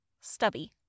stubby